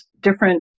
different